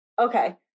Okay